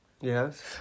Yes